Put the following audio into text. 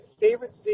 favorite